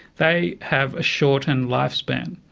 they have a shortened lifespan,